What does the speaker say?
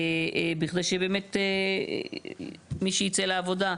בכדי שבאמת מי שיצא לעבודה,